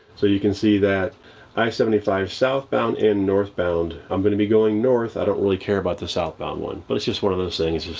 so you can see that i seventy five southbound and northbound, i'm gonna be going north. i don't really care about the southbound one. but it's just one of those things,